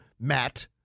Matt